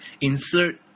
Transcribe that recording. insert